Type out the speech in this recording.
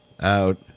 out